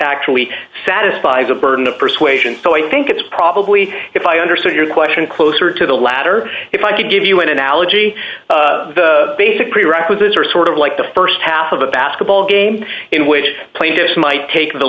actually satisfy the burden of persuasion so i think it's probably if i understood your question closer to the latter if i could give you an analogy the basic prerequisites are sort of like the st half of a basketball game in which the plaintiffs might take the